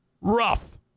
Rough